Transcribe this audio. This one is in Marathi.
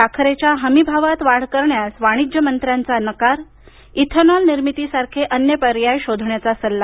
साखरेच्या हमी भावात वाढ करण्यास वाणिज्य मंत्र्यांचा नकार इथेनॉल निर्मितीसारखे अन्य पर्याय शोधण्याचा सल्ला